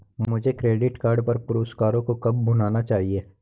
मुझे credit card पर पुरस्कारों को कब भुनाना चाहिए?